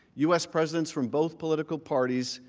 u s. presidents from both political parties,